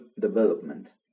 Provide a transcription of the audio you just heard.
development